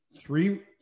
three